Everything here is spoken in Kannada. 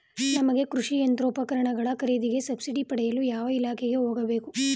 ನಮಗೆ ಕೃಷಿ ಯಂತ್ರೋಪಕರಣಗಳ ಖರೀದಿಗೆ ಸಬ್ಸಿಡಿ ಪಡೆಯಲು ಯಾವ ಇಲಾಖೆಗೆ ಹೋಗಬೇಕು?